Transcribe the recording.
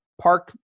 parked